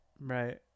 Right